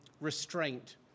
restraint